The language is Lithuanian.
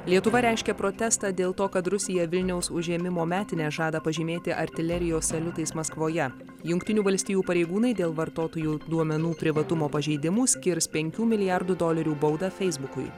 lietuva reiškia protestą dėl to kad rusija vilniaus užėmimo metines žada pažymėti artilerijos saliutais maskvoje jungtinių valstijų pareigūnai dėl vartotojų duomenų privatumo pažeidimų skirs penkių milijardų dolerių baudą feisbukui